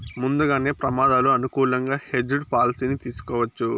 ముందుగానే ప్రమాదాలు అనుకూలంగా హెడ్జ్ పాలసీని తీసుకోవచ్చు